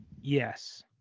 Yes